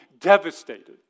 devastated